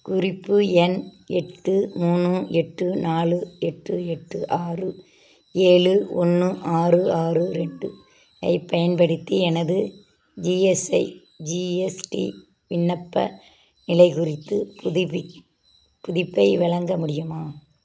குறிப்பு எண் எட்டு மூணு எட்டு நாலு எட்டு எட்டு ஆறு ஏழு ஒன்று ஆறு ஆறு ரெண்டு ஐப் பயன்படுத்தி எனது ஜிஎஸ்ஐ ஜிஎஸ்டி விண்ணப்ப நிலை குறித்து புதுப்பி புதுப்பிபை வழங்க முடியுமா